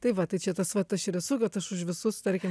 tai va tai čia tas vat aš ir esu kad aš už visus tarkim